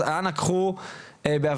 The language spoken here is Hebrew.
אז אנא קחו בהבנה,